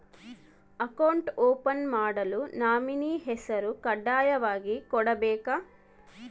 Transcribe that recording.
Account open ಮಾಡಲು nominee ಹೆಸರು ಕಡ್ಡಾಯವಾಗಿ ಕೊಡಬೇಕಾ?